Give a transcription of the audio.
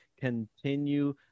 continue